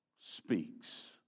speaks